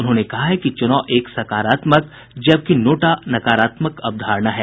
उन्होंने कहा है कि च्रनाव एक सकारात्मक जबकि नोटा नकारात्मक अवधारणा है